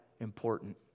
important